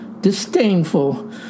disdainful